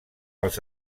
als